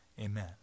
Amen